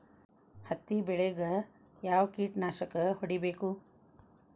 ಹತ್ತಿ ಬೆಳೇಗ್ ಯಾವ್ ಕೇಟನಾಶಕ ಹೋಡಿಬೇಕು?